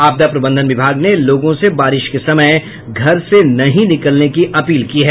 आपदा प्रबंधन विभाग ने लोगों से बारिश के समय घर से नहीं निकलने की अपील की है